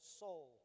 soul